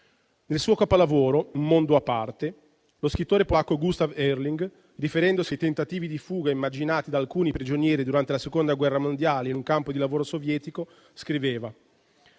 Nel suo capolavoro «Un mondo a parte», lo scrittore polacco Gustaw Herling, riferendosi ai tentativi di fuga immaginati da alcuni prigionieri durante la Seconda guerra mondiale in un campo di lavoro sovietico, scriveva: